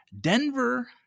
Denver